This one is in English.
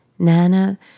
Nana